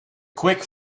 quick